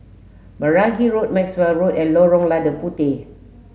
Meragi Road Maxwell Road and Lorong Lada Puteh